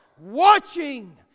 Watching